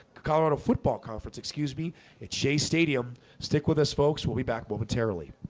colorado football conference. excuse me it's jay stadium stick with us folks. we'll be back momentarily